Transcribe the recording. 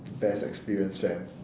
best experience fam